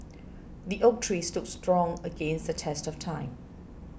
the oak tree stood strong against the test of time